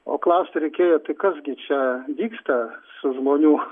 o klausti reikėjo tai kas gi čia vyksta su žmonių